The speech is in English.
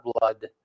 blood